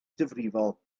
difrifol